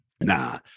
nah